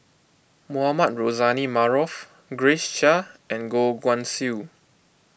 Mohamed Rozani Maarof Grace Chia and Goh Guan Siew